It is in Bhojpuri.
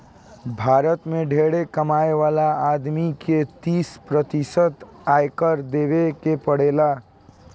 भारत में ढेरे कमाए वाला आदमी के तीस प्रतिशत आयकर देवे के पड़ेला